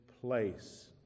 place